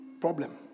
problem